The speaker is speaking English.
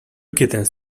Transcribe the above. kittens